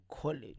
college